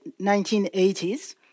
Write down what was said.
1980s